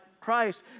Christ